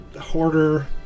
hoarder